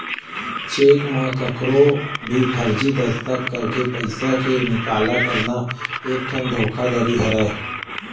cheque म कखरो भी फरजी दस्कत करके पइसा के निकाला करना एकठन धोखाघड़ी हरय